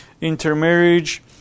intermarriage